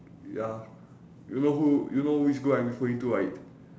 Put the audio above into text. ya you know who you know which group I'm referring to right